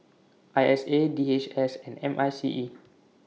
I S A D H S and M I C E